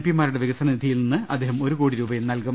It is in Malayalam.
പിമാരുടെ വിക സന നിധിയിൽ നിന്ന് അദ്ദേഹം ഒരുകോടി രൂപയും നൽകും